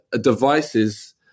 devices